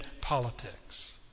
politics